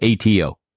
ATO